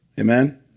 Amen